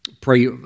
Pray